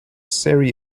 seri